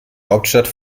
hauptstadt